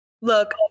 Look